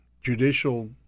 judicial